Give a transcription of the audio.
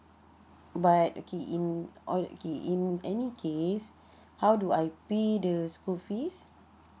but okay in okay in any case how do I pay the school fees